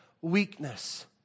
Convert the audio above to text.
weakness